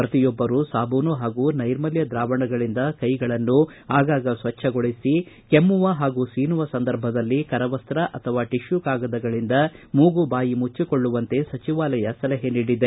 ಪ್ರತಿಯೊಬ್ಬರೂ ಸಾಬೂನು ಹಾಗೂ ನೈರ್ಮಲ್ಕ ದ್ರಾವಣಗಳಿಂದ ಕೈಗಳನ್ನು ಆಗಾಗ ಸ್ವಜ್ವಗೊಳಿಸಿ ಕೆಮ್ಮವ ಹಾಗೂ ಸೀನುವ ಸಂದರ್ಭದಲ್ಲಿ ಕರವಸ್ತ ಅಥವಾ ಟಿಶ್ಯು ಕಾಗದಗಳಿಂದ ಮೂಗು ಬಾಯಿ ಮುಚ್ಚಿಕೊಳ್ಳುವಂತೆ ಸಚಿವಾಲಯ ಸಲಹೆ ನೀಡಿದೆ